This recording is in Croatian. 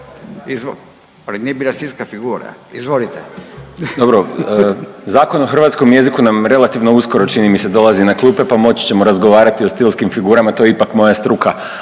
Izvolite.